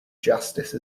justice